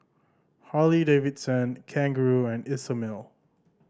Harley Davidson Kangaroo and Isomil